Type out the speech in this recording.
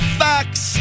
facts